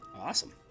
Awesome